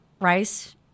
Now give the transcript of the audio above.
rice